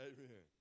Amen